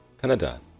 Canada